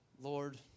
Lord